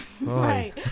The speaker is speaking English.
Right